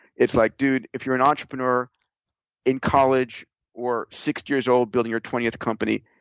it's like, dude, if you're an entrepreneur in college or sixty years old building your twentieth company,